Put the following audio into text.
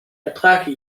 ertrage